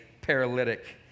paralytic